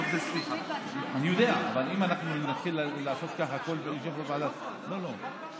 אני יודע, אבל אם נתחיל לעשות ככה, הוא צריך